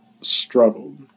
struggled